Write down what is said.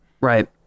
Right